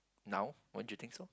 now won't you think so